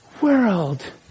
world